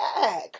back